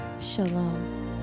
Shalom